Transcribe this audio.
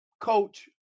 coach